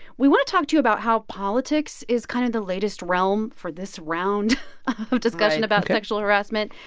we want to talk to you about how politics is kind of the latest realm for this round of discussion about sexual harassment.